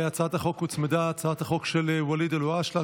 להצעת החוק הוצמדה הצעת החוק של ואליד אלהואשלה,